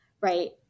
Right